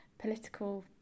political